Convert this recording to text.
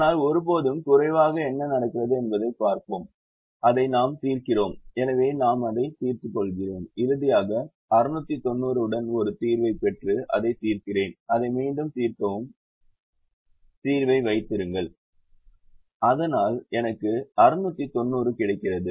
ஆனால் ஒருபோதும் குறைவாக என்ன நடக்கிறது என்பதைப் பார்ப்போம் அதை நாம் தீர்க்கிறோம் எனவே நான் அதைத் தீர்த்துக் கொள்கிறேன் இறுதியாக 690 உடன் ஒரு தீர்வைப் பெற்று அதைத் தீர்க்கிறேன் அதை மீண்டும் தீர்க்கவும் தீர்வு தீர்வை வைத்திருங்கள் அதனால் எனக்கு 690 கிடைக்கிறது